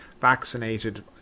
vaccinated